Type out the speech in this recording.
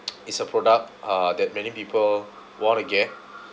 it's a product uh that many people want to get